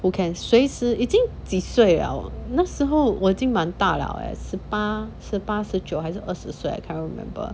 who can 随时已经几岁了那时候我已经蛮大了十八十九还是二十岁 I can't remember